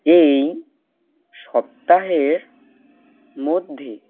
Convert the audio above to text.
এই সপ্তাহের মধ্যে